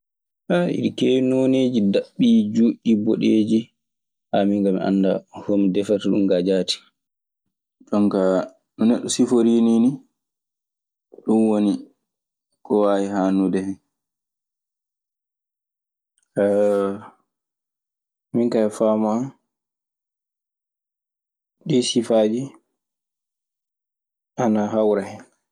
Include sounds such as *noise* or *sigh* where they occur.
*hesitation* eɗi keewi nooneeji: Daaɓɓi, juutɗi, boɗeeji. *hesitation* min kaa mi annda hono defirta ɗun kaa jaati. Jon kaa no neɗɗo siforii nii ni. Ɗun woni ko waawi haalude hen. *hesitation* Min kaa e faamu an, ɗii sifaaji ana hawra hen.